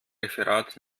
referat